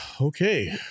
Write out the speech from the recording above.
Okay